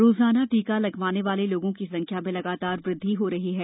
रोजाना टीका लगवाने वाले लोगों की संख्या में लगातार वृद्धि हो रही है